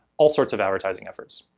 all sorts of advertising efforts.